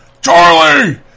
Charlie